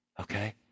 Okay